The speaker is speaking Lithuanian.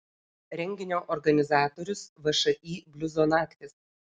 renginio organizatorius všį bliuzo naktys